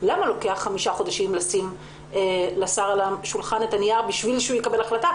למה לוקח 5 חודשים לשים לשר את הנייר על השולחן כדי שהוא יקבל החלטה?